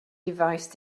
device